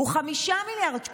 הוא 5 מיליארד שקלים.